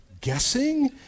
guessing